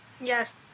Yes